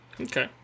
Okay